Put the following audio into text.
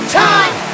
time